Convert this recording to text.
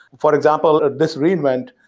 for example, at this reinvent,